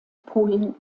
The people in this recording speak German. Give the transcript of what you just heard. polen